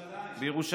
בירושלים.